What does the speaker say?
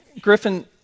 Griffin